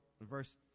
verse